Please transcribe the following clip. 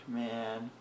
man